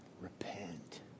repent